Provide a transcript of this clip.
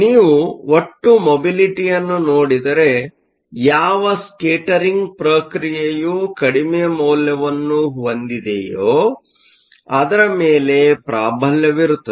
ನೀವು ಒಟ್ಟು ಮೊಬಿಲಿಟಿಯನ್ನು ನೋಡಿದರೆ ಯಾವ ಸ್ಕೇಟರಿಂಗ್ಪ್ರಕ್ರಿಯೆಯು ಕಡಿಮೆ ಮೌಲ್ಯವನ್ನು ಹೊಂದಿದೆಯೋ ಅದರ ಮೇಲೆ ಪ್ರಾಬಲ್ಯವಿರುತ್ತದೆ